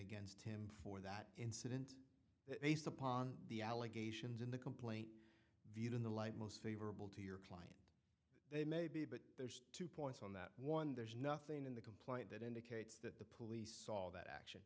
against him for that incident that based upon the allegations in the complaint viewed in the light most favorable to your they may be but there's two points on that one there's nothing in the complaint that indicates that the police saw that action